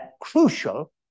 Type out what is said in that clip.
Crucial